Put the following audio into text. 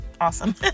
awesome